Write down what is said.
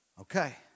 Okay